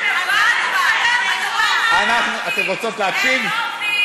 אתן רוצות להקשיב?